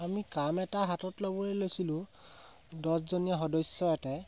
আমি কাম এটা হাতত ল'বলৈ লৈছিলোঁ দহজনীয়া সদস্য এটাই